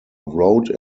wrote